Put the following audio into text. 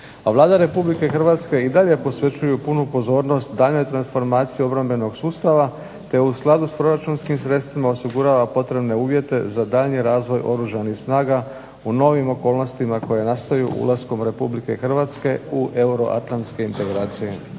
A Vlada RH i dalje posvećuje punu pozornost daljnjoj transformaciji obrambenog sustava te u skladu s proračunskim sredstvima osigurava potrebne uvjete za daljnji razvoj oružanih snaga u novim okolnostima koje nastaju ulaskom RH u euroatlantske integracije.